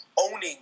Owning